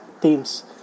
themes